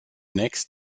next